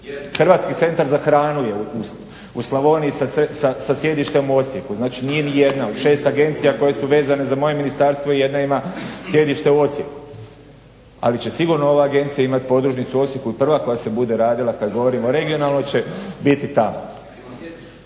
Hrvatski centar za hranu je u Slavoniji sa sjedištem u Osijeku, znači nije ni jedna od šest agencija koje su vezane za moje ministarstvo jedna ima sjedište u Osijeku. Ali će sigurno ova agencija imati podružnicu u Osijeku i prva koja se bude radila kad govorim regionalno će biti ta.